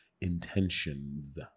intentions